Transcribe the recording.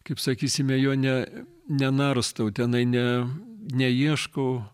kaip sakysime jo ne nenarstau tenai ne neieškau